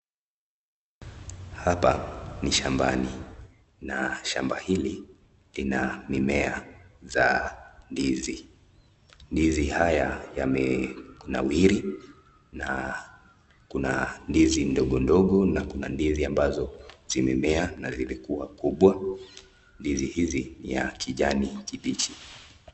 Hapa ni shambani na shamba hili lina mimea za ndizi. Ndizi haya yamenawiri na kuna ndizi ndogondogo na kuna ndizi ambazo zimemea na zilikuwa kubwa. Ndizi hizi ni ya kijani kibichi.